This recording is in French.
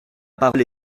parole